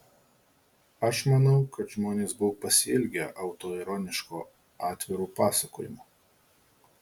aš manau kad žmonės buvo pasiilgę autoironiško atviro pasakojimo